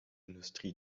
industrie